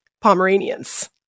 Pomeranians